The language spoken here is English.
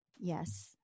Yes